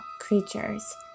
creatures